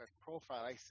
profile